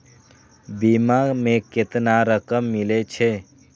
बीमा में केतना रकम मिले छै?